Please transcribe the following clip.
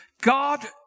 God